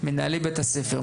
מנהלי בית הספר,